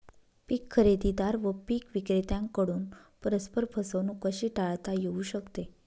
पीक खरेदीदार व पीक विक्रेत्यांकडून परस्पर फसवणूक कशी टाळता येऊ शकते?